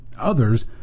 others